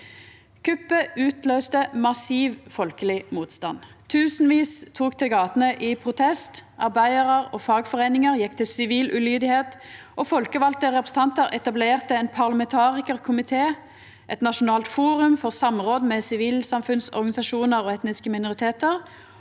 Kuppet utløyste massiv folkeleg motstand. Tusenvis tok til gatene i protest, arbeidarar og fagforeiningar gjekk til sivil ulydnad, og folkevalde representantar etablerte ein parlamentarikarkomité, eit nasjonalt forum for samråd med sivilsamfunnsorganisasjonar og etniske minoritetar